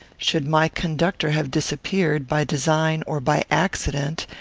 should my conductor have disappeared, by design or by accident,